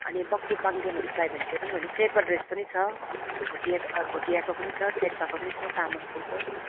अनि बक्खु पाङ्देनहरू चाहियो भने त्यो पनि भन्नुहोस् शेर्पा ड्रेस पनि छ भोटिया भोटियाको पनि छ शेर्पाको पनि छ तामाङको छ